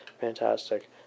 fantastic